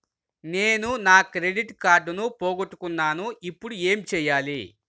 నేను నా క్రెడిట్ కార్డును పోగొట్టుకున్నాను ఇపుడు ఏం చేయాలి?